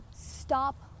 Stop